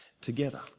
together